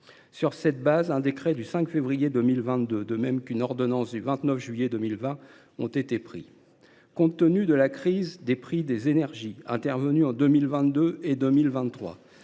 Sur cette base, un décret du 5 février 2022 et une ordonnance du 29 juillet 2020 ont été pris. Compte tenu de la crise des prix des énergies entre 2022 et 2023,